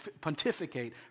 pontificate